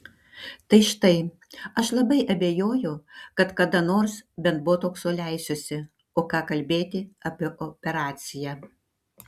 tai štai aš labai abejoju kad kada nors bent botokso leisiuosi o ką kalbėti apie operaciją